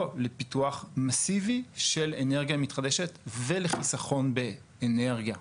לפיתוח מאסיבי של אנרגיה מתחדשת ולחיסכון באנרגיה.